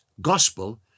Gospel